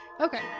Okay